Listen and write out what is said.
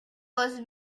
was